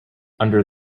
under